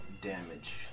damage